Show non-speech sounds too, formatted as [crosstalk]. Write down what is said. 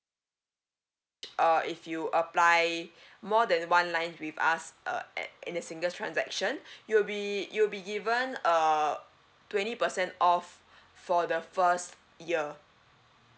uh if you apply [breath] more than one line with us uh at in a single transaction you'll be you will be given uh twenty percent off [breath] for the first year